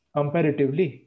Comparatively